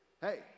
Hey